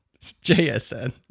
JSN